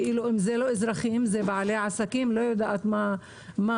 אם זה לא אזרחים זה בעלי עסקים ואני לא יודעת מה עוד,